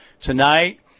tonight